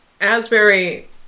Asbury